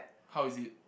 how is it